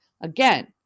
Again